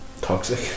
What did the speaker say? toxic